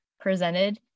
presented